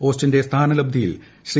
ഓസ്റ്റിന്റെ സ്ഥാനലബ്ദിയിൽ ശ്രീ